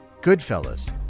Goodfellas